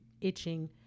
itching